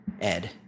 Ed